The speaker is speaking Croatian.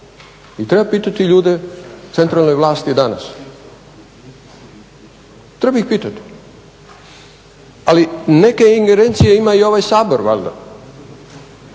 i treba pitati ljude centralne vlasti danas, treba ih pitati, ali neke ingerencije ima i ovaj Sabor valjda.